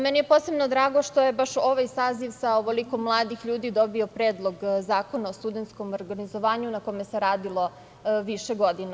Meni je posebno drago što je baš ovaj saziv sa ovoliko mladih ljudi dobio Predlog zakona o studentskom organizovanju, na kome se radilo više godina.